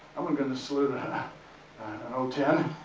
i'm gonna gonna salute and o ten